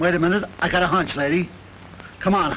wait a minute i got a hunch lady come on